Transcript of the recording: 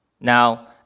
Now